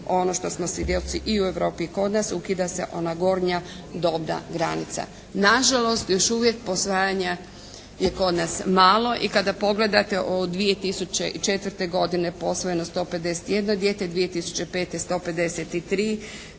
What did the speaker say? ono što smo svjedoci i u Europi i kod nas ukida se ona gornja dobna granica. Nažalost još uvijek posvajanja je kod nas malo i kada pogledate od 2004. godine posvojeno 151 dijete, 2005. 153,